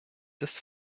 des